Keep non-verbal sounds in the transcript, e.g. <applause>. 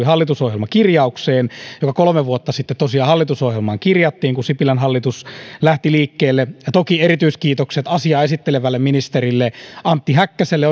<unintelligible> hallitusohjelmakirjaukseen joka kolme vuotta sitten tosiaan hallitusohjelmaan kirjattiin kun sipilän hallitus lähti liikkeelle toki erityiskiitokset asiaa esittelevälle oikeusministeri antti häkkäselle <unintelligible>